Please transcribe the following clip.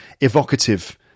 evocative